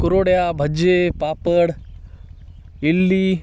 कुरवड्या bhaji papad idli